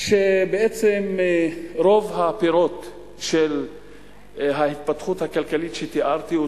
בעצם רוב הפירות של ההתפתחות הכלכלית שתיארתי,